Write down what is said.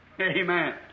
Amen